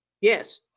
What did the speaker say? Yes